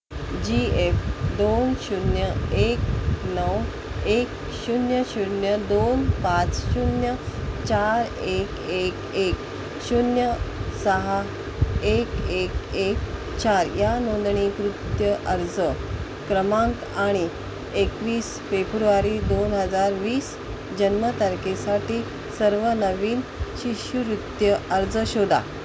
जी F दोन शून्य एक नऊ एक शून्य शून्य दोन पाच शून्य चार एक एक एक शून्य सहा एक एक एक चार या नोंदणीकृत अर्ज क्रमांक आणि एकवीस फेब्रुवारी दोन हजार वीस जन्मतारखेसाठी सर्व नवीन शिष्यवृत्ती अर्ज शोधा